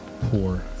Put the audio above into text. poor